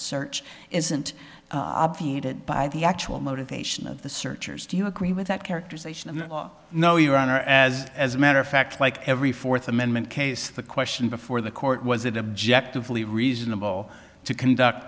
search isn't obviated by the actual motivation of the searchers do you agree with that characterization and no your honor as as a matter of fact like every fourth amendment case the question before the court was it objectively reasonable to conduct